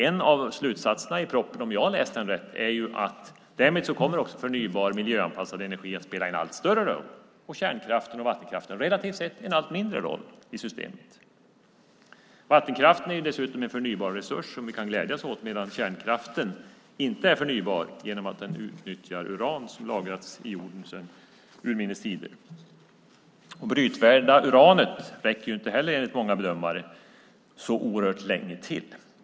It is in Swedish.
En av slutsatserna i propositionen, om jag läst den rätt, är att förnybar miljöanpassad energi därmed kommer att spela en allt större roll och kärnkraften och vattenkraften relativt sett en allt mindre roll i systemet. Vattenkraften är dessutom en förnybar resurs som vi kan glädjas åt medan kärnkraften inte är förnybar genom att den utnyttjar uran som lagrats i jorden sedan urminnes tider. Det brytvärda uranet räcker dessutom inte enligt många bedömare så särskilt länge till.